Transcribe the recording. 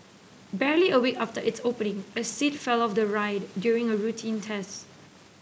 barely a week after its opening a seat fell off the ride during a routine test